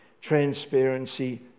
transparency